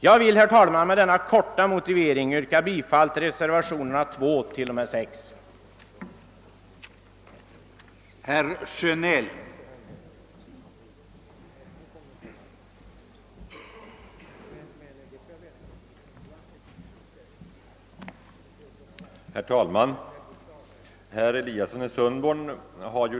Jag vill, herr talman, med denna korta motivering yrka bifall till reservationerna 2 till och med 6 i statsutskottets utlåtande nr 168.